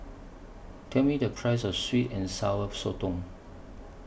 Tell Me The Price of Sweet and Sour Sotong